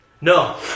No